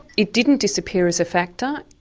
it didn't disappear as a factor,